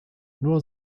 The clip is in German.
nur